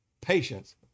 patience